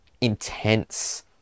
intense